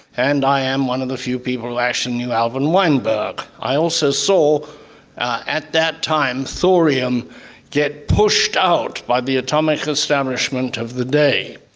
and i am one of the few people who actually knew alvin weinberg. i also saw at that time thorium get pushed out by the atomic establishment of the day.